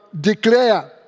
declare